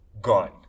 Gone